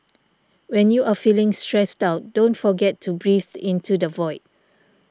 when you are feeling stressed out don't forget to breathe into the void